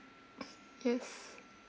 yes